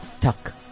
Tuck